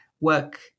work